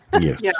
Yes